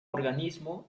organismo